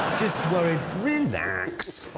just worried. relax.